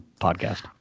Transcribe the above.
podcast